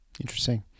Interesting